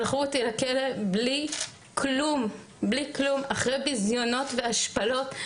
שלחו אותי לכלא בלי כלום אחרי ביזיונות והשפלות.